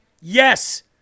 Yes